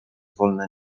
wolne